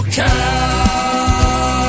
cow